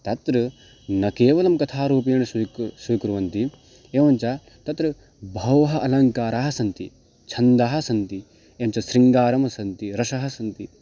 तत्र न केवलं कथारूपेण स्विकु स्वीकुर्वन्ति एवञ्च तत्र बहवः अलङ्काराः सन्ति छन्दाः सन्ति एवञ्च शृङ्गारं सन्ति रसाः सन्ति